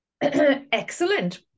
Excellent